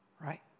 Right